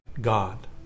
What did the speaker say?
God